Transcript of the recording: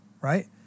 right